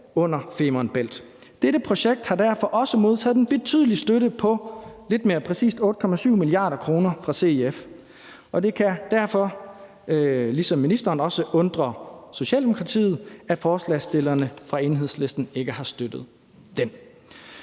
under Femern Bælt. Dette projekt har derfor også modtaget en betydelig støtte på lidt mere præcist 8,7 mia. kr. fra CEF, og det kan derfor, ligesom ministeren også sagde det, undre Socialdemokratiet, at forslagsstillerne fra Enhedslisten ikke har støttet den.